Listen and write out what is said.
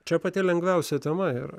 čia pati lengviausia tema ir